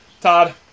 Todd